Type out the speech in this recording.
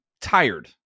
tired